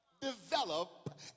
develop